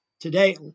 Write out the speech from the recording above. today